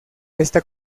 esta